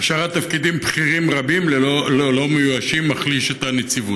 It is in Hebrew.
והשארת תפקידים בכירים רבים לא מאוישים מחלישים את הנציבות.